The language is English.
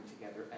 together